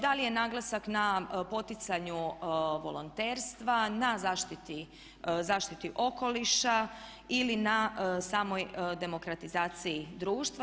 Da li je naglasak na poticanju volonterstva, na zaštiti okoliša ili na samoj demokratizaciji društva.